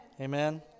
Amen